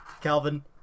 Calvin